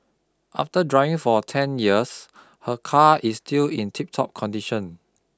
after driving for a ten years her car is still in tiptop condition